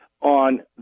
on